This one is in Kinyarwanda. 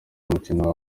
umukino